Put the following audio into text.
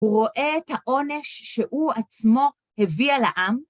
הוא רואה את העונש שהוא עצמו הביא על העם